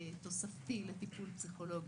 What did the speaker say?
תוספתי לטיפול פסיכולוגי,